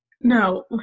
no